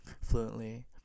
fluently